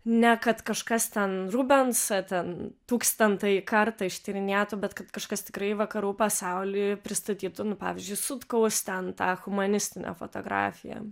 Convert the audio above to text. ne kad kažkas ten rubensą ten tūkstantąjį kartą ištyrinėtų bet kad kažkas tikrai vakarų pasauliui pristatytų nu pavyzdžiui sutkaus ten tą humanistinę fotografiją